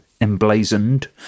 emblazoned